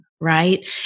right